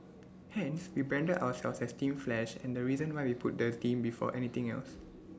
hence we branded ourselves as team flash and the reason why we put the team before anything else